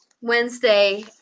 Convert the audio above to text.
Wednesday